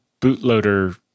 bootloader